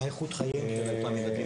מה איכות החיים של אותם ילדים?